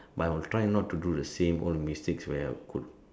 but I'll try not to do the same old mistakes where I could